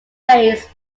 raids